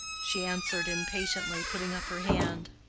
she answered impatiently, putting up her hand,